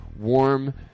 warm